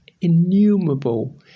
innumerable